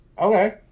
okay